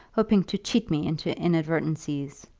hoping to cheat me into inadvertencies.